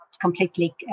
completely